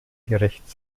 gerecht